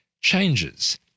changes